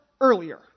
earlier